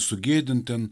sugėdint ten